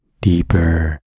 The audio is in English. deeper